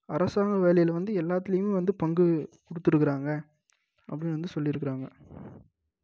அரசாங்க வேலையில் வந்து எல்லாத்துலையும் வந்து பங்கு கொடுத்து இருக்கிறாங்க அப்படின்னு வந்து சொல்லி இருக்கிறாங்க